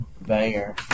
Banger